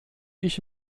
ich